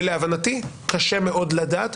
ולהבנתי קשה מאוד לדעת,